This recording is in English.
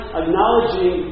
acknowledging